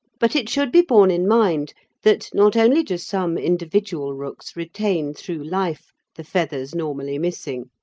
but it should be borne in mind that not only do some individual rooks retain through life the feathers normally missing,